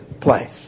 place